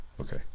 Okay